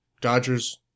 Dodgers